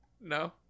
no